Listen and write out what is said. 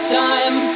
time